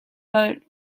but